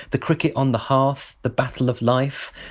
the cricket on the hearth, the battle of life,